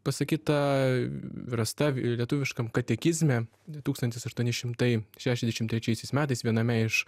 pasakyta rasta lietuviškam katekizme tūkstantis aštuoni šimtai šešiasdešimt trečiaisiais metais viename iš